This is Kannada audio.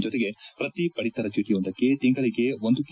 ಜತೆಗೆ ಪ್ರತೀ ಪಡಿತರ ಚೀಟಿಯೊಂದಕ್ಕೆ ತಿಂಗಳಿಗೆ ಒಂದು ಕೆ